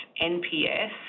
NPS